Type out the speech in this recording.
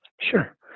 Sure